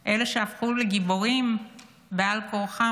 אלה שהפכו לגיבורים בעל כורחם,